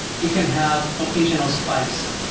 you can have occasional spikes,